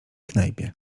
knajpie